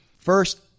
First